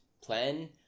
plan